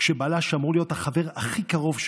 כשבעלה, שאמור להיות החבר הכי קרוב שלה,